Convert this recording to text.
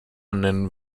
nennen